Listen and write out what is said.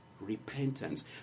Repentance